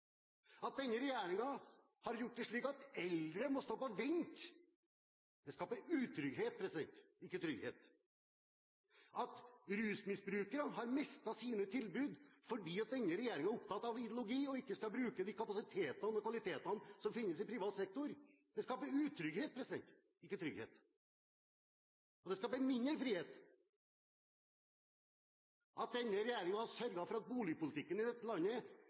At denne regjeringen har gjort det slik at eldre må stå på vent, skaper utrygghet, ikke trygghet. At rusmisbrukerne har mistet sine tilbud fordi denne regjeringen er opptatt av ideologi og ikke skal bruke de kapasitetene og kvalitetene som finnes i privat sektor, skaper utrygghet, ikke trygghet. Det skaper mindre frihet at denne regjeringen har sørget for at boligsituasjonen i dette landet er så alvorlig at folk må bo i telt. Det skaper utrygghet, ikke trygghet.